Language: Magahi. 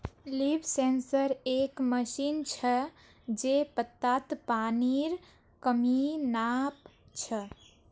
लीफ सेंसर एक मशीन छ जे पत्तात पानीर कमी नाप छ